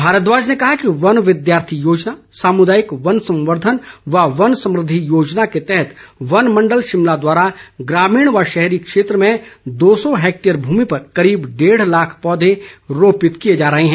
भारद्वाज ने कहा कि वन विद्यार्थी योजना सामुदायिक वन संवर्द्वन व वन समृद्धि योजना के तहत वन मंडल शिमला द्वारा ग्रामीण व शहरी क्षेत्र में दो सौ हैक्टेयर भूमि पर करीब डेढ लाख पौधे रोपित किए जा रहे हैं